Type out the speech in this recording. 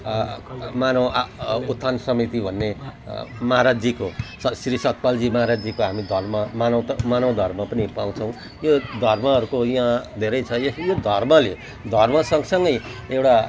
मानव उत्थान समिति भन्ने महाराजजीको स श्री सतपालजी महाराजजीको हामी धर्म मानव मानव धर्म पनि पाउँछौँ यो धर्महरूको यहाँ धेरै छ यो धर्मले धर्म सँगसँगै एउटा